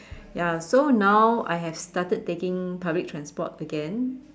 ya so now I have started taking public transport again